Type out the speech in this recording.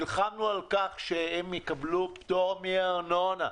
נלחמנו על כך שהם יקבלו פטור מארנונה.